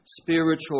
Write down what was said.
spiritual